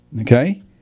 Okay